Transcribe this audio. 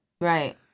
Right